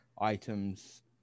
items